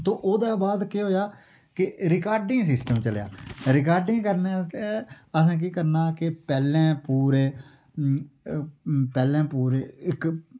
तो ओह्दे बाद केह् होया कि रिकार्डिंग सिस्टम चलेया रिकार्डिंग करने आस्तै असैं केह् करना कि पैह्लैं पूरे पैह्लैं पूरे इक